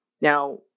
Now